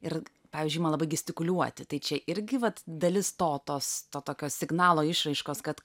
ir pavyzdžiui ima labai gestikuliuoti tai čia irgi vat dalis to tos to tokio signalo išraiškos kad